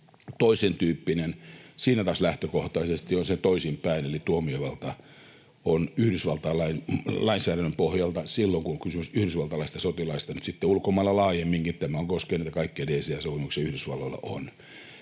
toisentyyppinen. Siinä taas lähtökohtaisesti se on toisinpäin, eli tuomiovalta on Yhdysvaltain lainsäädännön pohjalta silloin, kun on kysymys yhdysvaltalaisista sotilaista, ja sitten ulkomailla laajemminkin tämä on koskenut kaikkia DCA-sopimuksia, joita Yhdysvalloilla on.